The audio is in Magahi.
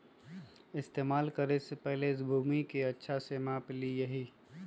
इस्तेमाल करे से पहले इस भूमि के अच्छा से माप ली यहीं